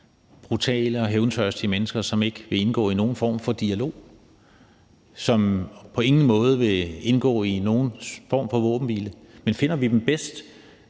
brutale og hævntørstige mennesker, som ikke vil indgå i nogen form for dialog, og som på ingen måde vil indgå i nogen form for våbenhvile. Men finder vi dem bedst